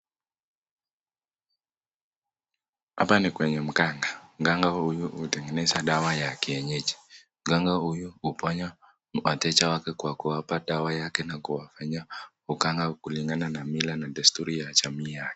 Hapa ni kwenye mganga. Mganga huyu hutengeneza dawa ya kienyeji. Mganga huyu hufanya wateja wake kwa kuwapa dawa yake na kuwafanyia uganga kulingana na mila na desturi ya jamii yake.